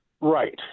Right